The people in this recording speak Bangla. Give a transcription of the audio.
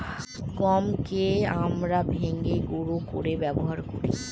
গমকে আমরা ভেঙে গুঁড়া করে ব্যবহার করি